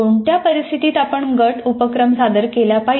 कोणत्या परिस्थितीत आपण गट उपक्रम सादर केला पाहिजे